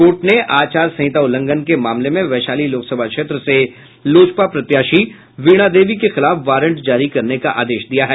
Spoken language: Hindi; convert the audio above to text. कोर्ट ने आचार संहिता उल्लघंन के मामले में वैशाली लोकसभा क्षेत्र से लोजपा प्रत्याशी वीणा देवी के खिलाफ वारंट जारी करने का आदेश दिया है